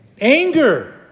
Anger